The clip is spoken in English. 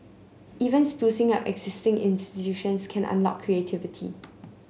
even sprucing up existing institutions can unlock creativity